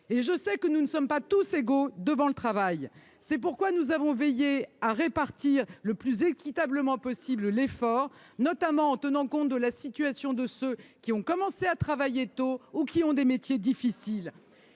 et je sais que nous ne sommes pas tous égaux devant le travail. C'est pourquoi nous avons veillé à répartir l'effort le plus équitablement possible, notamment en tenant compte de la situation de ceux qui ont commencé à travailler tôt ou qui ont un métier difficile.